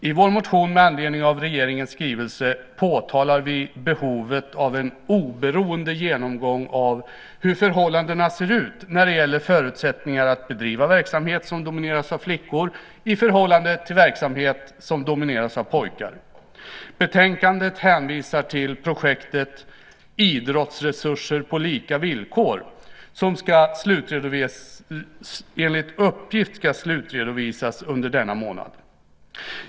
I vår motion med anledning av regeringens skrivelse påpekar vi behovet av en oberoende genomgång av hur förhållandena ser ut när det gäller förutsättningar att bedriva verksamhet som domineras av flickor i förhållande till verksamhet som domineras av pojkar. Betänkandet hänvisar till projektet Idrottsresurser på lika villkor, som enligt uppgift ska slutredovisas under denna månad. Herr talman!